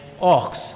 ox